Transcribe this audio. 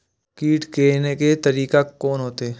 कीट के ने हे के तरीका कोन होते?